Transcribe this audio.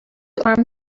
armed